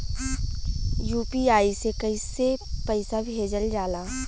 UPI से कइसे पैसा भेजल जाला?